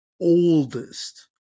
oldest